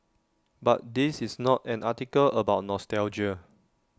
but this is not an article about nostalgia